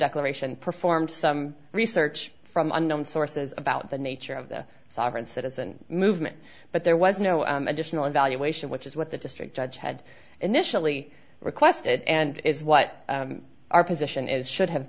declaration performed some research from unknown sources about the nature of the sovereign citizen movement but there was no additional evaluation which is what the district judge had initially requested and is what our position is should have